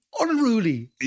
unruly